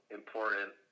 important